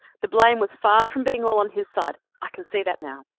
the blame was far from being all on his side. i can see that now.